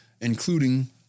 including